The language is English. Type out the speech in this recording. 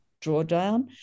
Drawdown